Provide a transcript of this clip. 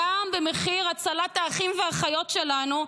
גם במחיר הצלת האחים והאחיות שלנו,